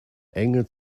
enge